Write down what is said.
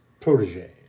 protege